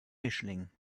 mischling